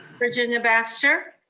virginia baxter.